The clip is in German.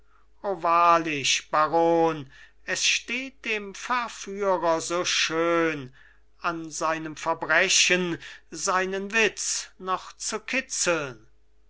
wahrlich baron es steht dem verführer so schön an seinem verbrechen seinen witz noch zu kitzeln